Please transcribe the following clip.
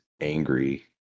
angry